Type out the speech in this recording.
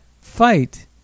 fight